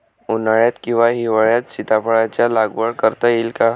उन्हाळ्यात किंवा हिवाळ्यात सीताफळाच्या लागवड करता येईल का?